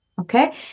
okay